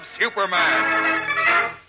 Superman